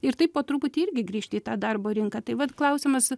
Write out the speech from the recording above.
ir taip po truputį irgi grįžti į tą darbo rinką tai vat klausimas